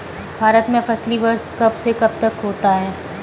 भारत में फसली वर्ष कब से कब तक होता है?